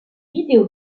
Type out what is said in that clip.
vidéo